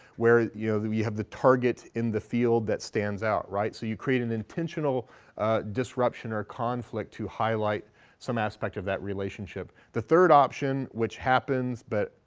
where, you know, you have the target in the field that stands out, right? so you create an intentional disruption or conflict to highlight some aspect of that relationship. the third option which happens but,